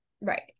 Right